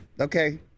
okay